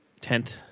tenth